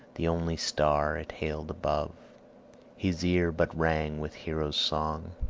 the only star it hailed above his ear but rang with hero's song,